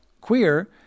queer